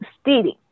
stealing